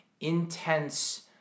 intense